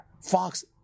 Fox